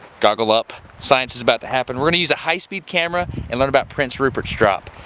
goggle up. science is about to happen. we're gonna use a high speed camera and learn about prince rupert's drop.